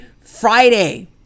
Friday